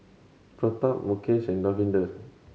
Pratap Mukesh and Davinder